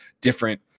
different